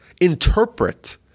interpret